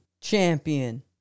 champion